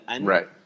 Right